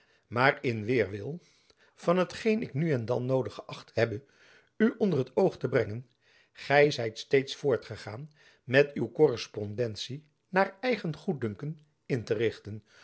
maar in weêrwil van hetgeen ik nu en dan noodig geächt hebbe u onder t oog te brengen gy zijt steeds voortgegaan met uw korrespondentie naar uw eigen goeddunken in te richten